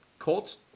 Colts